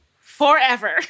forever